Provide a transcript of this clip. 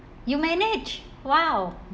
you manage !wow!